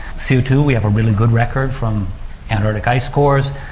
c o two, we have a really good record from antarctic ice cores,